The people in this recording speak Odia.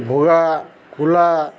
ଭୋଗା କୁଲା